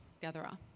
gatherer